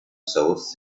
those